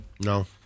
No